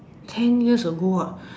ten years ago ah